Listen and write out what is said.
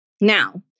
Now